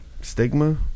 stigma